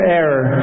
error